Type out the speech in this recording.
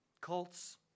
Cults